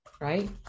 right